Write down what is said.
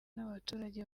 n’abaturage